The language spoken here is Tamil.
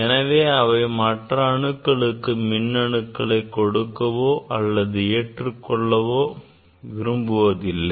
எனவே அவை மற்ற அணுக்களுக்கு மின்னணுக்களை கொடுக்கவோ அல்லது ஏற்றுக் கொள்ளவோ விரும்புவதில்லை